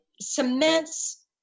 cements